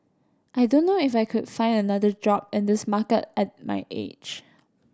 I don't know if I could find another job in this market at my age